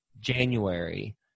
January